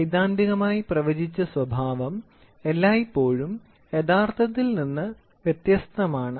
സൈദ്ധാന്തികമായി പ്രവചിച്ച സ്വഭാവം എല്ലായ്പ്പോഴും യഥാർത്ഥത്തിൽ നിന്ന് വ്യത്യസ്തമാണ്